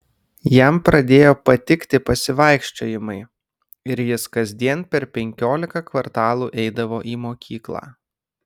jam pradėjo patikti pasivaikščiojimai ir jis kasdien per penkiolika kvartalų eidavo į mokyklą